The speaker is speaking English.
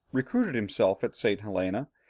recruited himself at st. helena,